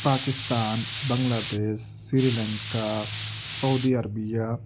Pakistan Bangladesh Sri Lanka Saudi Arabia